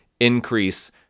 increase